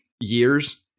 years